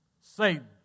Satan